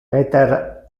peter